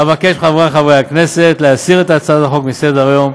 אבקש מחבריי חברי הכנסת להסיר את הצעת החוק מסדר-היום.